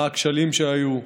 מה הכשלים שהיו,